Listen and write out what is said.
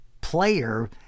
player